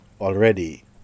Already